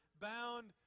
bound